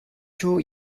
çoğu